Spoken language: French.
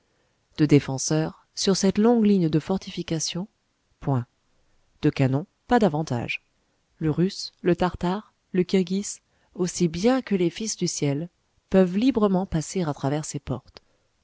de défenseurs sur cette longue ligne de fortifications point de canons pas davantage le russe le tartare le kirghis aussi bien que les fils du ciel peuvent librement passer à travers ses portes